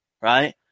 right